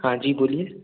हाँ जी बोलिए